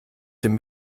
dem